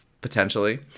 potentially